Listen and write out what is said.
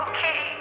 Okay